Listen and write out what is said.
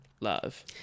Love